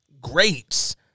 greats